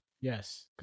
Yes